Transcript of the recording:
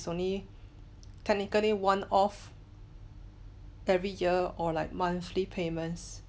only technically one off every year or like monthly payments